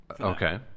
Okay